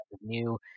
new